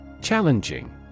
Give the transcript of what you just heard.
Challenging